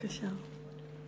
בבקשה.